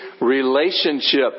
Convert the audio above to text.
relationship